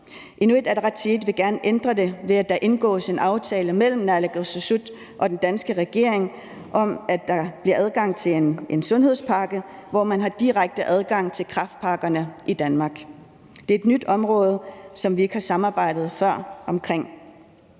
Inuit Ataqatigiit vil gerne ændre det, ved at der indgås en aftale mellem naalakkersuisut og den danske regering om, at der bliver adgang til en sundhedspakke, hvor man har direkte adgang til kræftpakkerne i Danmark. Det er et nyt område, som vi ikke har samarbejdet om før.